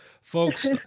Folks